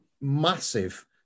massive